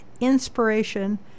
inspiration